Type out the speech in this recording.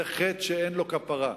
זה חטא שאין לו כפרה.